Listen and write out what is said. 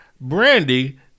Brandy